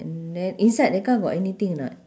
and then inside the car got anything or not